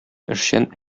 эшчән